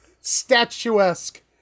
statuesque